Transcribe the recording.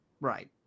right